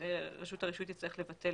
רשות הרישוי תצטרך לבטל